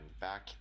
back